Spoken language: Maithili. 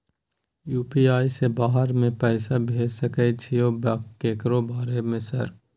यु.पी.आई से बाहर में पैसा भेज सकय छीयै केकरो बार बार सर?